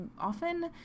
often